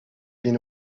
been